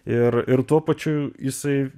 ir ir tuo pačiu jisai